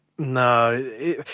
No